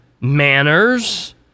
manners